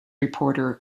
reporter